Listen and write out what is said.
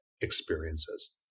experiences